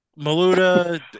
Maluda